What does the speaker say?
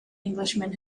englishman